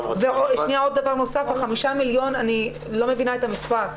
עוד דבר נוסף, ה-5 מיליון, אני לא מבינה את המספר.